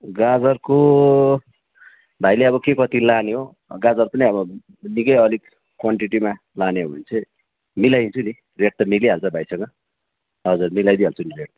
गाजरको भाइले अब के कति लाने हो गाजर पनि अब निकै अलिक क्वानटिटीमा लाने हो भने चाहिँ मिलाइदिन्छु नि रेट त मिलिहाल्छ भाइसँग हजुर मिलाइदिइ हाल्छु नि रेट त